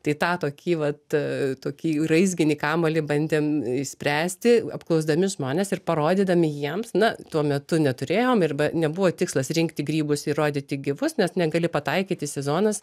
tai tą tokį vat tokį raizginį kamuolį bandėm išspręsti apklausdami žmones ir parodydami jiems na tuo metu neturėjom arba nebuvo tikslas rinkti grybus ir rodyti gyvus nes negali pataikyti sezonas